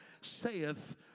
saith